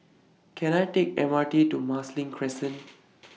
Can I Take The M R T to Marsiling Crescent